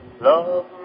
love